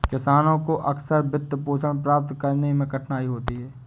किसानों को अक्सर वित्तपोषण प्राप्त करने में कठिनाई होती है